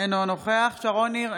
אינו נוכח שרון ניר,